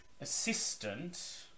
assistant